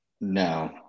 No